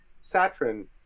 Saturn